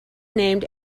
named